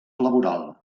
laboral